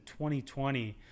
2020